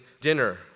dinner